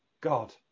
God